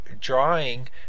drawing